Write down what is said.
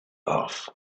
off